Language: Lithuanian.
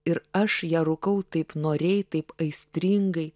ir aš ją rūkau taip noriai taip aistringai